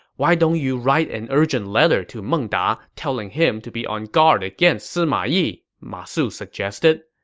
why don't you write an urgent letter to meng da telling him to be on guard against sima yi? ma su suggested.